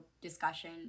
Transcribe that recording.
discussion